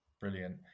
brilliant